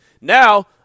Now